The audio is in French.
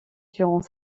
durant